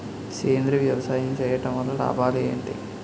సేంద్రీయ వ్యవసాయం చేయటం వల్ల లాభాలు ఏంటి?